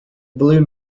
balloon